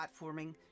platforming